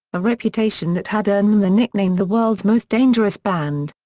a reputation that had earned them the nickname the world's most dangerous band.